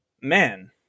Man